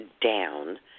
down